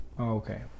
Okay